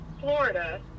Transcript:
Florida